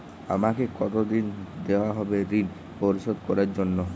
আমাকে কতদিন দেওয়া হবে ৠণ পরিশোধ করার জন্য?